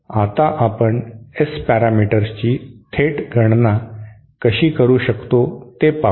आता आपण S पॅरामीटर्सची थेट गणना कशी करू शकतो ते पाहू